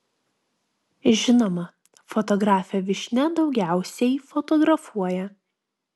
žinoma fotografė vyšnia daugiausiai fotografuoja